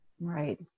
Right